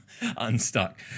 unstuck